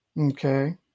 Okay